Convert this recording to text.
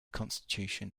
constitution